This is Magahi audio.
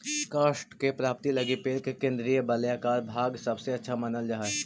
काष्ठ के प्राप्ति लगी पेड़ के केन्द्रीय वलयाकार भाग सबसे अच्छा मानल जा हई